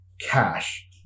cash